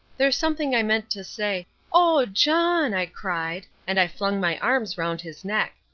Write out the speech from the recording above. there's something i meant to say oh, john, i cried, and i flung my arms round his neck.